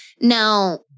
now